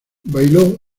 bailó